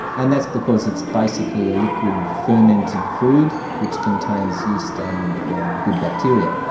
and that's because it's basically a liquid fermented food which contains yeast and good bacteria.